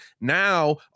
now